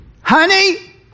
Honey